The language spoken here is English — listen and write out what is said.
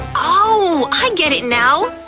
oh, i get it now!